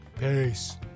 Peace